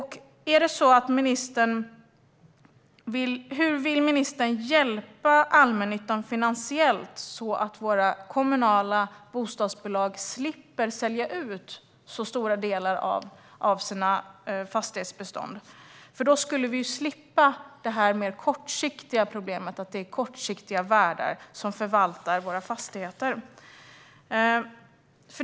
Hur vill ministern hjälpa allmännyttan finansiellt så att våra kommunala bostadsbolag slipper sälja ut så stora delar av sina fastighetsbestånd? I så fall skulle vi slippa problemet med kortsiktiga värdar som förvaltar våra fastigheter.